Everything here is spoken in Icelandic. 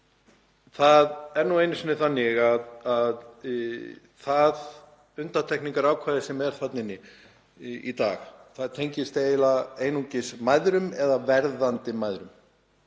Það er nú einu sinni þannig að það undantekningarákvæði sem er þarna inni í dag tengist eiginlega einungis mæðrum eða verðandi mæðrum;